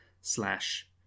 slash